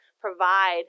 provide